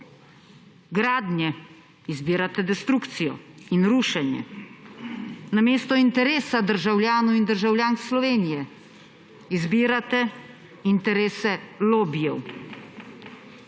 gradnje izbirate destrukcijo in rušenje, namesto interesa državljanov in državljank Slovenije izbirate interese lobijev